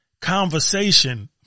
conversation